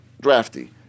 drafty